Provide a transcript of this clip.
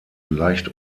leicht